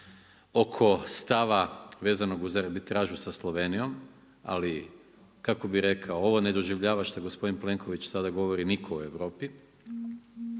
oko stava vezanog uz arbitražu sa Slovenijom, ali kako bi rekao, ovo ne doživljava što gospodin Plenković sada govori nitko u Europi